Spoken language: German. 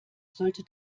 sollte